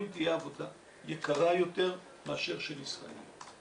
תהיה עבודה יקרה יותר מאשר של ישראלים.